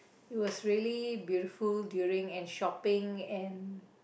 was really beautiful during and shopping and